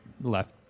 left